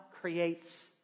creates